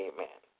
Amen